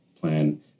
plan